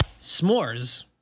s'mores